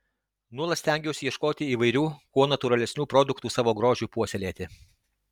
nuolat stengiuosi ieškoti įvairių kuo natūralesnių produktų savo grožiui puoselėti